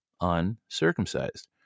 uncircumcised